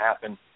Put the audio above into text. happen